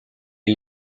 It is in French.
est